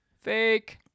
Fake